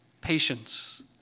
patience